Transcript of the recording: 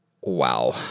Wow